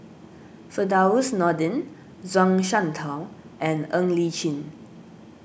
Firdaus Nordin Zhuang Shengtao and Ng Li Chin